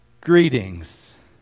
Greetings